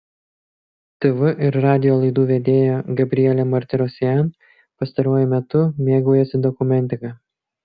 tv ir radijo laidų vedėja gabrielė martirosian pastaruoju metu mėgaujasi dokumentika